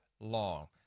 long